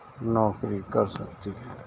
نوکری کر سکتی ہیں